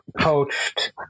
coached